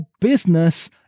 business